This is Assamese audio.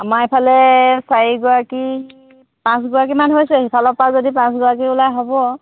আমাৰ এইফালে চাৰিগৰাকী পাঁচগৰাকীমান হৈছে সেইফালৰ পৰা যদি পাঁচগৰাকী ওলাই হ'ব